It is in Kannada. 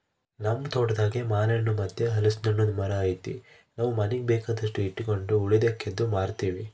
ನಮ್ ತೋಟದಾಗೇ ಮಾನೆಣ್ಣು ಮತ್ತೆ ಹಲಿಸ್ನೆಣ್ಣುನ್ ಮರ ಐತೆ ನಾವು ಮನೀಗ್ ಬೇಕಾದಷ್ಟು ಇಟಗಂಡು ಉಳಿಕೇದ್ದು ಮಾರ್ತೀವಿ